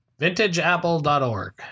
vintageapple.org